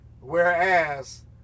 Whereas